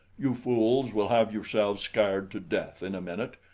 you fools will have yourselves scared to death in a minute.